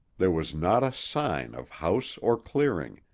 there was not a sign of house or clearing,